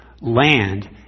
land